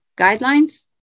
guidelines